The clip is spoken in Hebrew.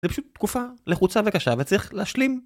זה פשוט תקופה לחוצה וקשה וצריך להשלים